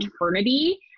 eternity